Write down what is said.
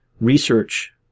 research